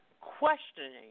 questioning